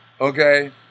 Okay